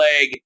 leg